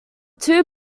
two